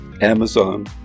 Amazon